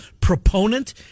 proponent